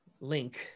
link